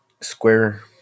square